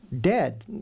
dead